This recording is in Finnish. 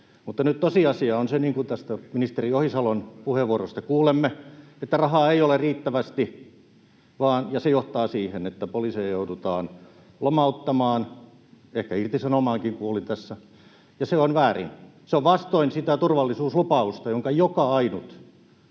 Mutta nyt tosiasia on se, niin kuin tästä ministeri Ohisalon puheenvuorosta kuulimme, että rahaa ei ole riittävästi, ja se johtaa siihen, että poliiseja joudutaan lomauttamaan [Petri Huru: Ei ole annettu riittävästi!] — ehkä irtisanomaankin, kuulin tässä — ja se on väärin. Se on vastoin sitä turvallisuuslupausta, jonka joka ainut